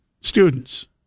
students